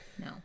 no